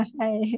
Hi